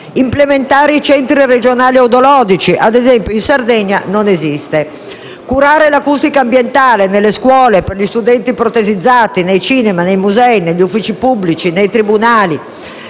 implementare i Centri regionali audiologici che, ad esempio, non esistono in Sardegna. Vi è bisogno di curare l'acustica ambientale nelle scuole, per gli studenti protesizzati, nei cinema, nei musei, negli uffici pubblici e nei tribunali.